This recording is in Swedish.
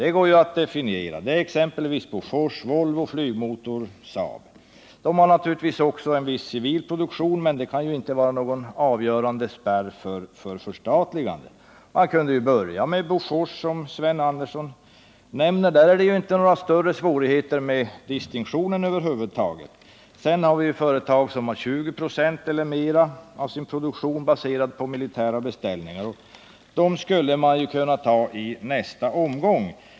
De går att definiera. Det gäller exempelvis Bofors, Volvo Flygmotor och Saab. De har naturligtvis också en viss civil produktion, men den kan inte vara någon avgörande spärr för förstatligande. Man kunde börja med Bofors, som Sven Andersson nämner. Där finns inte några större svårigheter med definitionen. Sedan finns det företag som har 20 9, eller mer av sin produktion baserad på militära beställningar. Dem skulle man kunna ta i nästa omgång.